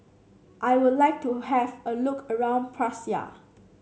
I would like to have a look around Praia